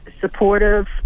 supportive